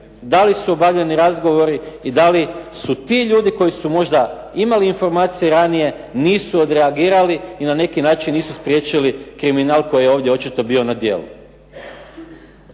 da li su obavljeni razgovori i da li su ti ljudi koji su možda imali informacije ranije nisu odreagirali i na neki način nisu spriječili kriminal koji je ovdje očito bio na djelu.